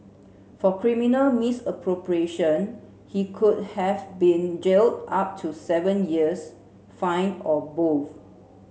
for criminal misappropriation he could have been jailed up to seven years fined or both